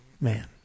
man